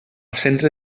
centre